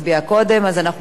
אז אנחנו נעבור לספירה.